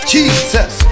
Jesus